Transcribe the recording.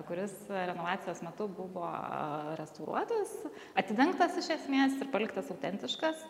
kuris renovacijos metu buvo restauruotas atidengtas iš esmės ir paliktas autentiškas